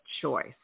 choice